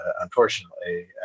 unfortunately